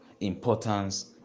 importance